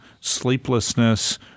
sleeplessness